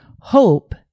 Hope